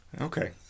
Okay